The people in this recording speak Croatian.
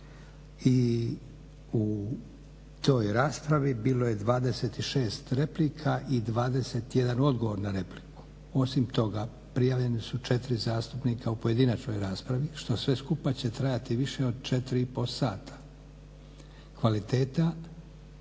i u toj raspravi bilo je 26 replika i 21 odgovor na repliku. Osim toga prijavljena su 4 zastupnika u pojedinačnoj raspravi što sve skupa će trajati više od 4,5 sata. Kvaliteta